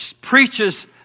preaches